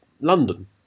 London